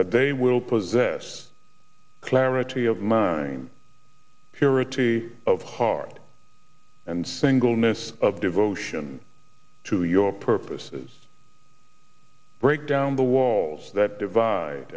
that they will possess clarity of mind purity of heart and singleness of devotion to your purposes break down the walls that divide